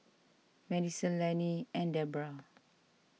Madyson Lannie and Debrah